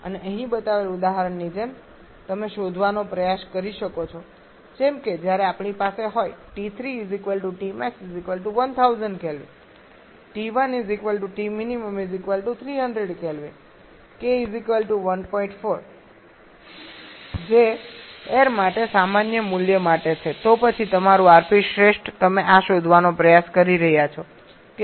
અને અહીં બતાવેલ ઉદાહરણની જેમ તમે શોધવાનો પ્રયાસ કરી શકો છો જેમ કે જ્યારે આપણી પાસે હોય જે એઈર માટે સામાન્ય મૂલ્ય માટે છે તો પછી તમારું rp શ્રેષ્ઠ તમે આ શોધવાનો પ્રયાસ કરી શકો છો કે તે 8